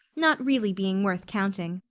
not really being worth counting.